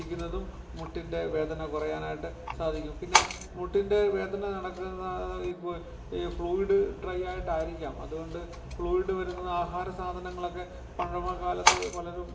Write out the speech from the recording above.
ഇരിക്കുന്നതും മുട്ടിന്റെ വേദന കുറയാനായിട്ട് സാധിക്കും പിന്നെ മുട്ടിന്റെ വേദന നടക്കുന്ന ഈ ഫ്ലൂയിഡ് ഡ്രൈ ആയിട്ട് ആയിരിക്കാം അതുകൊണ്ട് ഫ്ലൂയിഡ് വരുത്തുന്ന ആഹാര സാധനങ്ങളൊക്കെ പഴമക്കാലത്ത് പലരും